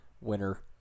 winner